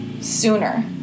sooner